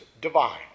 divine